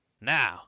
now